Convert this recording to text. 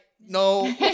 No